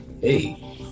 Hey